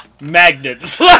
Magnets